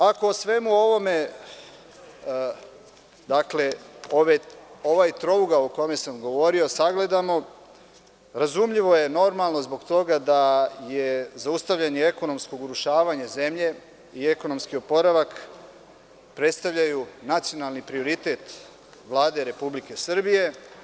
Ako o svemu ovome, ovaj trougao o kome sam govorio, sagledamo, razumljivo je normalno zbog toga da je zaustavljanje ekonomskog urušavanja zemlje i ekonomski oporavak, predstavljaju nacionalni prioritet Vlade Republike Srbije.